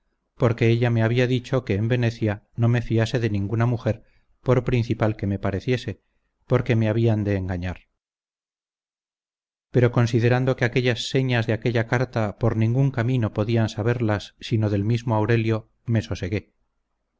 porque ella me había dicho que en venecia no me fiase de ninguna mujer por principal que me pareciese porque me habían de engañar pero considerando que aquellas señas de aquella carta por ningun camino podían saberlas sino del mismo aurelio me sosegué